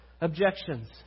objections